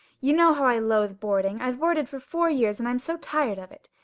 you know how i loathe boarding. i've boarded for four years and i'm so tired of it.